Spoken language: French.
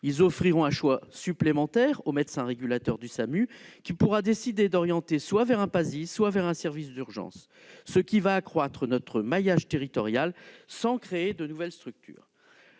Ils offriront un choix supplémentaire au médecin régulateur du SAMU, qui pourra décider d'orienter soit vers un PASI, soit vers un service d'urgence, ce qui accroîtra notre maillage territorial sans créer de nouvelles structures.